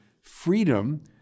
freedom